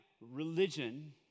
religion